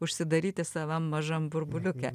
užsidaryti savam mažam burbuliuke